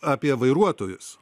apie vairuotojus